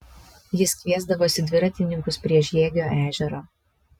jis kviesdavosi dviratininkus prie žiegio ežero